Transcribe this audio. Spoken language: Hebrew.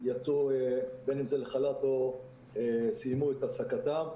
שיצאו לחל"ת או שסיימו את העסקתם.